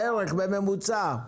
בממוצע?